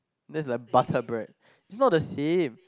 that's like butter bread it's not the same